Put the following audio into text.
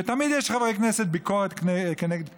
ותמיד יש לחברי כנסת ביקורת כנגד פקידים,